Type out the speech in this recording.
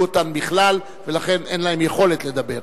אותן בכלל ולכן אין להם יכולת לדבר.